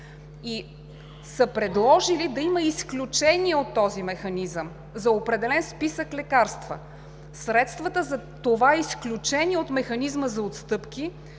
и са предложили да има изключение от този механизъм за определен списък лекарства. Средствата за това изключение от механизма за отстъпки